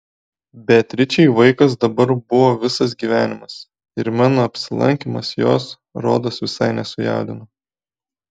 beatričei vaikas dabar buvo visas gyvenimas ir mano apsilankymas jos rodos visai nesujaudino